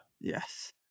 Yes